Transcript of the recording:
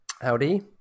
Howdy